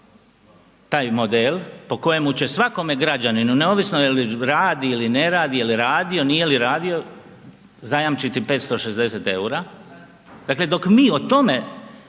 taj model po kojemu će svakome građaninu neovisno jel radi ili ne radi, je li radio, nije li radio, zajamčiti 560 ERU-a, dakle dok mi o tome,